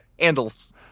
handles